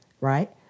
right